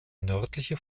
nördliche